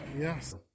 Yes